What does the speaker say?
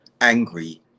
angry